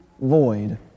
void